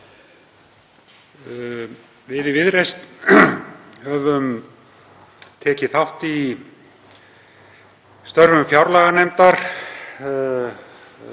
Við í Viðreisn höfum tekið þátt í störfum fjárlaganefndar